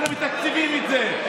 אנחנו מתקצבים את זה.